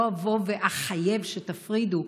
לא אבוא ואחייב שלא תפרידו,